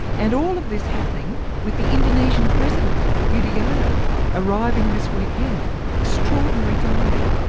and all of this happening with the indonesian president yudhoyono arriving this weekend extraordinary timing,